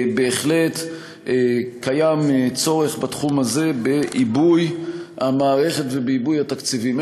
בהחלט קיים צורך בתחום הזה בעיבוי המערכת ובעיבוי התקציבים,